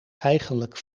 eigenlijk